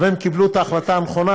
אבל הם קיבלו את ההחלטה הנכונה,